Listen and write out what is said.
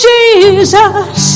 Jesus